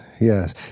Yes